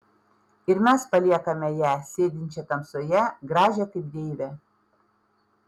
ir mes paliekame ją sėdinčią tamsoje gražią kaip deivę